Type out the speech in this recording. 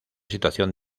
situación